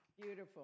Beautiful